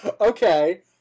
Okay